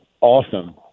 awesome